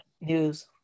news